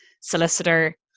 solicitor